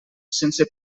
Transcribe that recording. sense